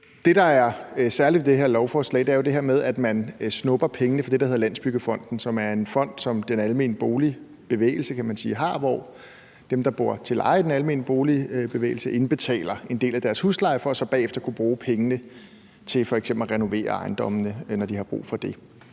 Det, der er særligt ved det her lovforslag, er jo det her med, at man snupper pengene fra det, der hedder Landsbyggefonden, som er en fond, som den almene boligbevægelse, kan man sige, har, hvor dem, der bor til leje i den almene boligbevægelse, indbetaler en del af deres husleje, for så bagefter at kunne bruge pengene til f.eks. at renovere ejendommene, når de har brug for det.